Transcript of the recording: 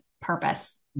purpose